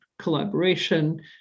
collaboration